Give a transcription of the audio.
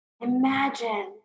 Imagine